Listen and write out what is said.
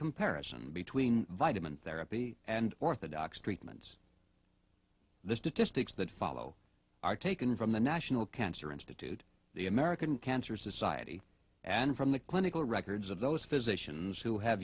comparison between vitamin therapy and orthodox treatments the statistics that follow are taken from the national cancer institute the american cancer society and from the clinical records of those physicians who have